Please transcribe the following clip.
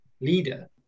leader